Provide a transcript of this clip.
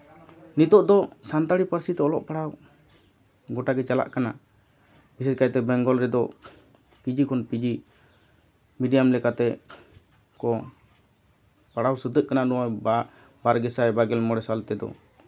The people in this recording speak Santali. ᱱᱤᱛᱚᱜ ᱫᱚ ᱥᱟᱱᱛᱟᱲᱤ ᱯᱟᱹᱨᱥᱤ ᱛᱮ ᱚᱞᱚᱜ ᱯᱟᱲᱦᱟᱣ ᱜᱳᱴᱟᱜᱮ ᱪᱟᱞᱟᱜ ᱠᱟᱱᱟ ᱵᱤᱥᱮᱥ ᱠᱟᱭᱛᱮ ᱵᱮᱝᱜᱚᱞ ᱨᱮᱫᱚ ᱠᱮᱡᱤ ᱠᱷᱚᱱ ᱯᱤᱡᱤ ᱢᱤᱰᱤᱭᱟᱢ ᱞᱮᱠᱟᱛᱮ ᱠᱚ ᱯᱟᱲᱦᱟᱣ ᱥᱟᱹᱛᱟᱹᱜ ᱠᱟᱱᱟ ᱵᱟ ᱵᱟᱨᱜᱮ ᱥᱟᱭ ᱵᱟᱨᱜᱮᱞ ᱢᱚᱬᱮ ᱥᱟᱞ ᱛᱮᱫᱚ